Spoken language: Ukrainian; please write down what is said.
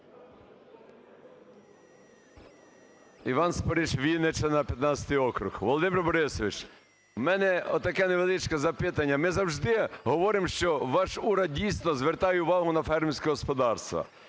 Іван Спориш, Вінниччина, 15 округ. Володимир Борисович, у мене отаке невеличке запитання. Ми завжди говоримо, що ваш уряд дійсно звертає увагу на фермерські господарства.